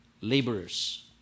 laborers